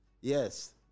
Yes